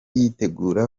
yitegura